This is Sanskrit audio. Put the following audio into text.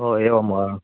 ओ एवं वा